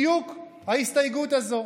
בדיוק ההסתייגות הזאת,